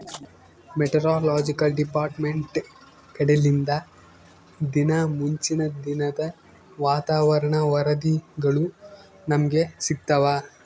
meteorological department ಕಡೆಲಿಂದ ದಿನಾ ಮುಂಚಿನ ದಿನದ ವಾತಾವರಣ ವರದಿಗಳು ನಮ್ಗೆ ಸಿಗುತ್ತವ